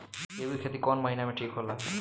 गेहूं के खेती कौन महीना में ठीक होला?